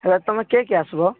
ହେଲା ତୁମେ କିଏ କିଏ ଆସିବ